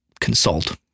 consult